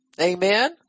Amen